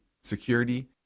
security